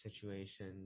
situation